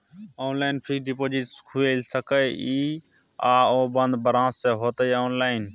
Online fixed deposit खुईल सके इ आ ओ बन्द ब्रांच स होतै या ऑनलाइन?